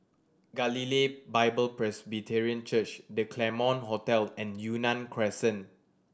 Galilee Bible Presbyterian Church The Claremont Hotel and Yunnan Crescent